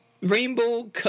rainbow